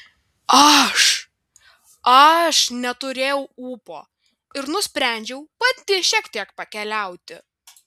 aš aš neturėjau ūpo ir nusprendžiau pati šiek tiek pakeliauti